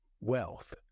wealth